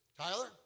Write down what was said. Tyler